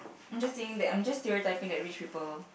I'm just saying that I'm just stereotyping that rich people